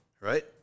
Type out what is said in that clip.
right